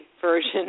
version